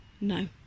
No